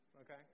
Okay